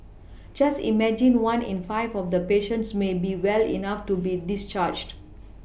just imagine one in five of the patients may be well enough to be discharged